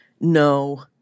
No